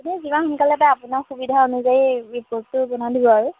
আপুনি যিমান সোনকালে পাৰে আপোনাৰ সুবিধা অনুযায়ী ৰিপৰ্টটো বনাই দিব আৰু